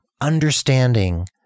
understanding